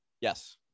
Yes